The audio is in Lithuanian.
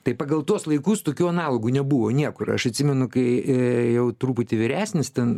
tai pagal tuos laikus tokių analogų nebuvo niekur aš atsimenu kai e jau truputį vyresnis ten